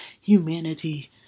humanity